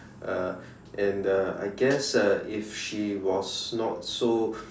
uh and uh I guess uh if she was not so